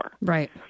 Right